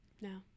No